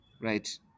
right